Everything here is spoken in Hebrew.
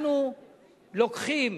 אנחנו לוקחים